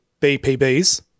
BPBs